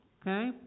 Okay